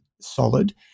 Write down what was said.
solid